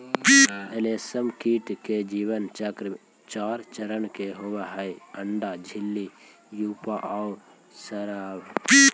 रेशमकीट के जीवन चक्र चार चरण के होवऽ हइ, अण्डा, इल्ली, प्यूपा आउ शलभ